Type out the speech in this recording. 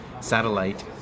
satellite